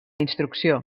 instrucció